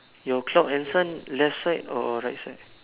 your clock has one left side or right side